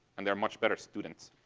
and they're much better students.